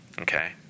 okay